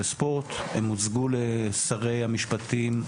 הפעולה הרצויות שאפשר לקדם,